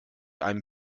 einem